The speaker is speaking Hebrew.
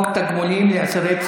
אני עובר הלאה,